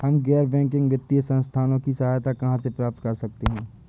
हम गैर बैंकिंग वित्तीय संस्थानों की सहायता कहाँ से प्राप्त कर सकते हैं?